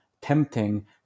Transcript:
tempting